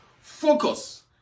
focus